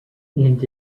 and